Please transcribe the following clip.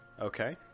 Okay